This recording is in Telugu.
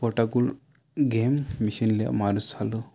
పోర్టబుల్ గేమ్ మిషన్లా మారుస్తారు